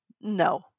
no